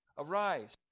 Arise